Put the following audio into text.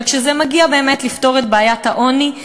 אבל כשזה מגיע באמת לפתרון בעיית העוני,